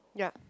ya